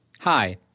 Hi